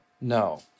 No